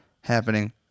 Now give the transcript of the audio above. happening